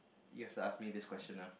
you have to ask me this question lah